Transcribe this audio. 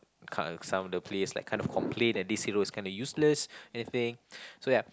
kind of some of the players like kinda complain that this hero is kind of useless anything so ya